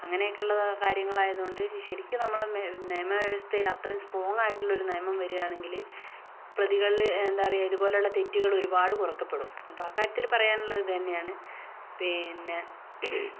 അങ്ങനൊക്കെയുള്ള കാര്യങ്ങളൊയതുകൊണ്ട് ശരിക്കും നമ്മളെ നിയമവ്യവസ്ഥയിൽ അത്രേം സ്ട്രോങ്ങ് ആയിട്ടുള്ള ഒരു നിയമം വരുകയാണെങ്കില് പ്രതികളില് എന്താ പറയുക ഇതുപോലെയുള്ള തെറ്റുകള് ഒരുപാട് കുറയ്ക്കപ്പെടും അപ്പോൾ അക്കാര്യത്തില് പറയാനുള്ളത് ഇതു തന്നെയാണ് പിന്നെ